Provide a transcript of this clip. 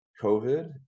COVID